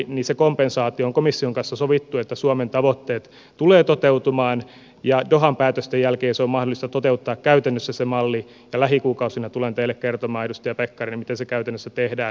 se kompensaatio on komission kanssa sovittu että suomen tavoitteet tulevat toteutumaan ja dohan päätösten jälkeen malli on mahdollista toteuttaa käytännössä ja lähikuukausina tulen teille kertomaan edustaja pekkarinen miten se käytännössä tehdään